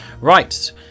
right